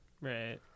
Right